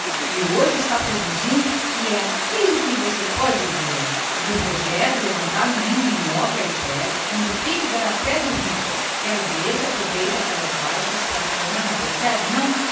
e hoje está produzindo que é aquilo que você pode ver o meu projeto é levantar uma engenhoca aí perto onde fica o igarapé do ribas quero ver se aproveito as baixas para a cana percebe e